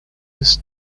his